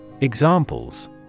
Examples